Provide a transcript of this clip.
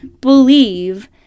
believe